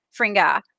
Fringa